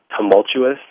tumultuous